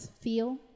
feel